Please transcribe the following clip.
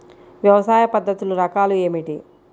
వ్యవసాయ పద్ధతులు రకాలు ఏమిటి?